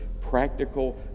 practical